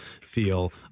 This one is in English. feel